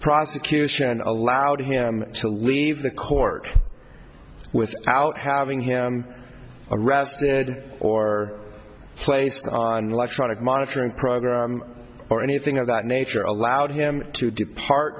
prosecution allowed him to leave the court without having him arrested or placed on electronic monitoring program or anything of that nature allowed him to depart